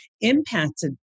impacted